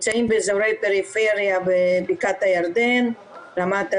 נמצאים באזורי פריפריה בבקעת הירדן, רמת הנגב,